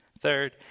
Third